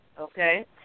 okay